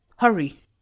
Hurry